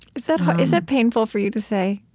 is that ah is that painful for you to say?